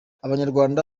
abanyarwanda